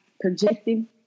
projecting